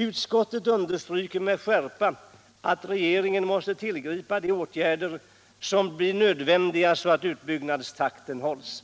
Utskottet understryker med skärpa att regeringen måste tillgripa de åtgärder som blir nödvändiga för att utbyggnadstakten skall kunna hållas.